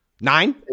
Nine